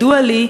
גם ידוע לי,